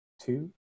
two